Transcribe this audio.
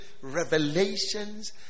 revelations